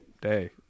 day